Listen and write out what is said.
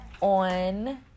on